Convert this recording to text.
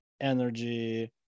energy